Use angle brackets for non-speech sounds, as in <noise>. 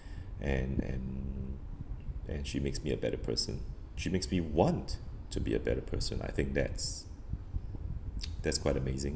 and and and she makes me a better person she makes me want to be a better person I think that's <noise> that's quite amazing